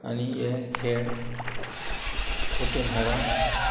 आनी हे खेळ पोत्तून हेळोन